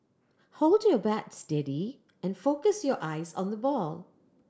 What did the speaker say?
hold your bat steady and focus your eyes on the ball